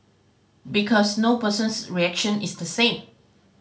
because no person's reaction is the same